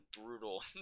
brutal